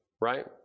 right